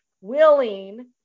willing